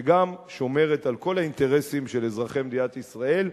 שגם שומרת על כל האינטרסים של אזרחי מדינת ישראל,